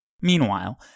Meanwhile